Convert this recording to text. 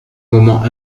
moment